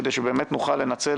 כדי שבאמת נוכל לנצל